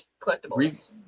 Collectibles